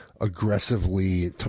aggressively